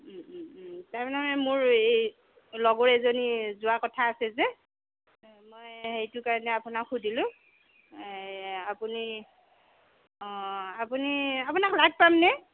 তাৰমানে মোৰ এই লগৰ এজনী যোৱাৰ কথা আছে যে মই সেইটো কাৰণে আপোনাক সুধিলোঁ আপুনি অ' আপুনি আপোনাক পামনে